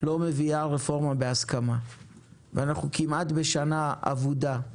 לא מביאה רפורמה בהסכמה ואנחנו כמעט בשנה אבודה,